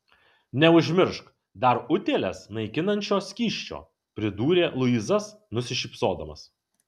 neužmiršk dar utėles naikinančio skysčio pridūrė luisas nusišypsodamas